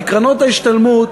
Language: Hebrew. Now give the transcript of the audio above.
כי קרנות ההשתלמות